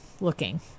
looking